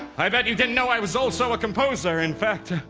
i bet you didn't know i was also a composer. in fact,